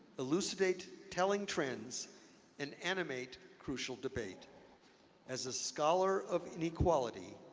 elucidate telling trends and animate crucial debate as a scholar of inequality,